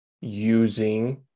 using